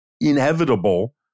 inevitable